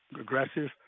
aggressive